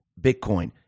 Bitcoin